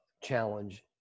challenge